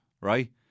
right